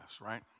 right